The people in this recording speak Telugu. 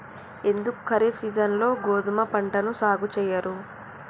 ఎందుకు ఖరీఫ్ సీజన్లో గోధుమ పంటను సాగు చెయ్యరు?